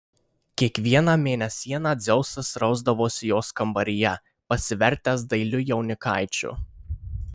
kiekvieną mėnesieną dzeusas rasdavosi jos kambaryje pasivertęs dailiu jaunikaičiu